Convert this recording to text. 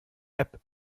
app